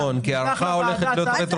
זה לא נכון כי הארכה הולכת להיות רטרואקטיבית.